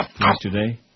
yesterday